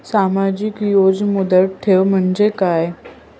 मासिक याज मुदत ठेव म्हणजे काय?